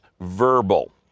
verbal